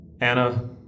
Anna